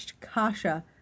Kasha